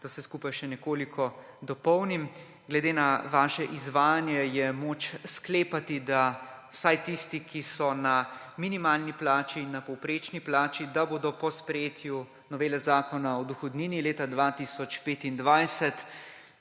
da vse skupaj še nekoliko dopolnim. Glede na vaše izvajanje je moč sklepati, da vsaj tisti, ki so na minimalni plači, na povprečni plači, bodo po sprejetju novele Zakona o dohodnini leta 2025,